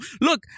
Look